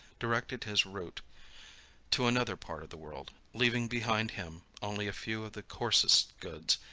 directed his route to another part of the world, leaving behind him, only a few of the coarsest goods,